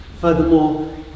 Furthermore